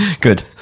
Good